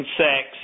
sex